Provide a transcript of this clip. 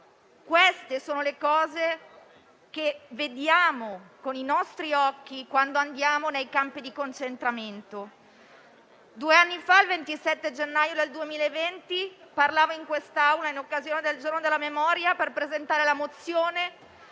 Queste sono le cose che vediamo con i nostri occhi quando andiamo nei campi di concentramento. Due anni fa, il 27 gennaio del 2020, parlavo in quest'Aula in occasione del Giorno della Memoria per presentare la mozione